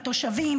בתושבים,